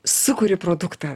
sukuri produktą